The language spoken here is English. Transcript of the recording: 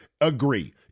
agree